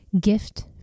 gift